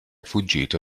fuggito